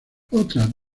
otras